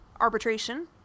arbitration